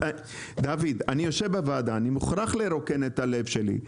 אני מוכרח לרוקן את הלב שלי.